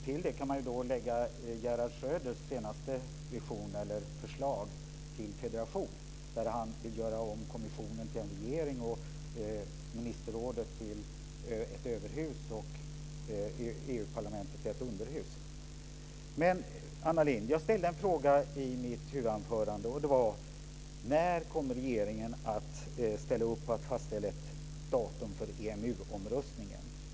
Till det kan läggas Gerhard Schröders senaste förslag till federation. Där vill han göra kommissionen till en regering, ministerrådet till ett överhus och Jag ställde en fråga till Anna Lindh i mitt huvudanförande. Det var: När kommer regeringen att ställa upp på att fastställa ett datum för EMU omröstningen?